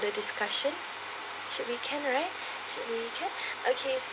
the discussion should we can right should we can okay